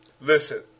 Listen